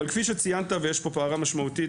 כפי שציינת ויש פה בעיה משמעותית,